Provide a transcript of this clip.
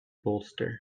bolster